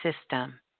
system